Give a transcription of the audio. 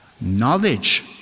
Knowledge